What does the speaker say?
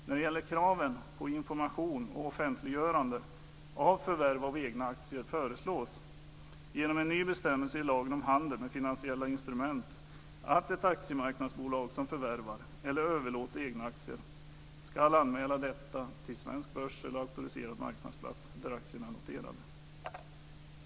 När det gäller kraven på information och offentliggörande av förvärv av egna aktier föreslås, genom en ny bestämmelse i lagen om handel med finansiella instrument, att ett aktiemarknadsbolag som förvärvar eller överlåter egna aktier ska anmäla detta till svensk börs eller auktoriserad marknadsplats där aktierna är noterade.